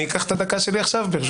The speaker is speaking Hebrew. אקח את הדקה שלי ברשותך.